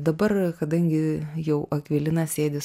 dabar kadangi jau akvilina sėdi